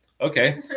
Okay